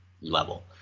level